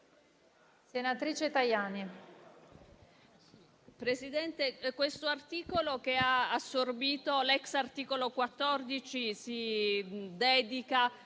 Presidente, questo articolo, che ha assorbito l'ex articolo 14, si dedica